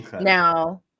now